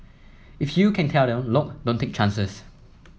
if you can tell them look don't take chances